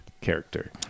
character